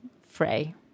fray